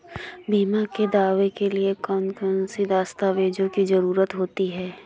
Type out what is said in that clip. बीमा के दावे के लिए कौन कौन सी दस्तावेजों की जरूरत होती है?